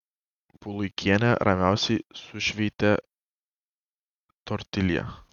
puluikienė ramiausiai sušveitė tortilją